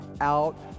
Out